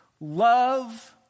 love